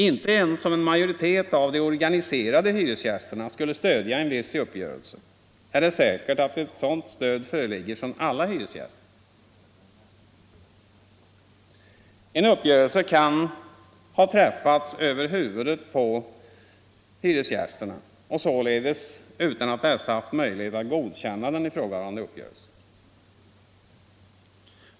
Inte ens om majoriteten av de organiserade hyresgästerna skulle stödja en viss uppgörelse är det säkert att ett sådant stöd föreligger från alla hyresgäster. En uppgörelse kan ha träffats över huvudet på hyresgästerna och således utan att dessa har haft möjlighet att godkänna den ifrågavarande uppgörelsen.